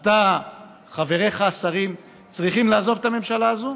אתה וחבריך השרים צריכים לעזוב את הממשלה הזו,